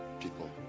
people